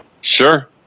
Sure